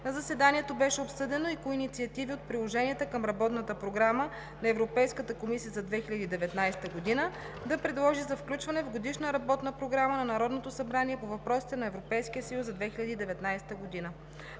На заседанието беше обсъдено кои инициативи от Приложения I и III към Работната програма на Европейската комисия за 2019 г. да бъдат предложени за включване в Годишна работна програма на Народното събрание по въпросите на Европейския съюз за 2019 г.